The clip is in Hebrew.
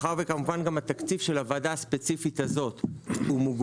מאחר והתקציב של הוועדה הספציפית הזאת מוגבל,